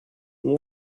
den